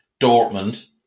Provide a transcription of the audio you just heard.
Dortmund